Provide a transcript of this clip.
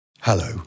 Hello